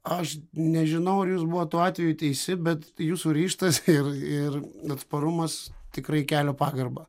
aš nežinau ar jūs buvot tuo atveju teisi bet jūsų ryžtas ir ir atsparumas tikrai kelia pagarbą